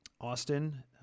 Austin